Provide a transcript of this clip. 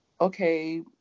okay